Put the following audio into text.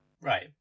Right